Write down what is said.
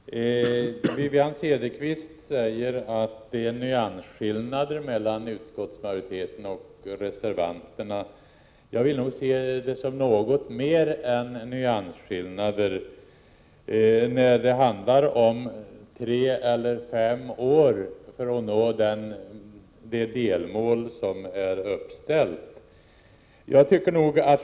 Herr talman! Wivi-Anne Cederqvist säger att det förekommer nyansskillnader mellan utskottsmajoriteten och reservanterna. Jag ser det som något mer än nyansskillnader när det är fråga om tre eller fem år för att nå det delmål som är uppställt.